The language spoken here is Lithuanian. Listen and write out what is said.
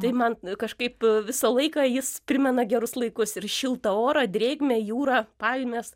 tai man kažkaip visą laiką jis primena gerus laikus ir šiltą orą drėgmę jūrą palmes